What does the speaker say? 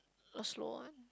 a slow one